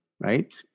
Right